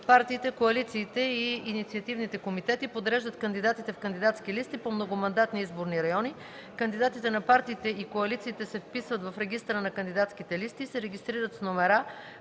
Партиите, коалициите и инициативните комитети подреждат кандидатите в кандидатски листи по многомандатни изборни райони. Кандидатите на партиите и коалициите се вписват в регистъра на кандидатските листи и се регистрират с номера,